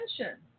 attention